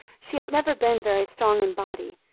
she had never been very strong in body,